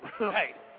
Right